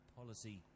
policy